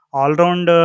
All-Round